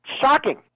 shocking